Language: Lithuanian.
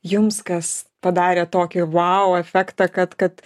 jums kas padarė tokį vau efektą kad kad